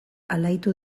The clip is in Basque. alaitu